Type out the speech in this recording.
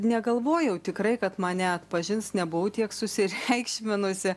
negalvojau tikrai kad mane atpažins nebuvau tiek susireikšminusi